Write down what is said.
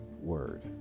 word